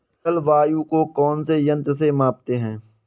जलवायु को कौन से यंत्र से मापते हैं?